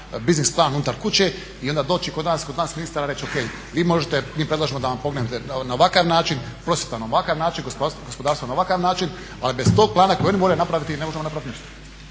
biznis plan unutar kuće i onda doći kod nas, kod nas ministara i reći ok, vi možete, mi predlažemo da nam pomognete na ovakav način, prosvjeta na ovakav način, gospodarstvo na ovakav način. Ali bez tog plana koji oni moraju napraviti ne možemo napraviti ništa.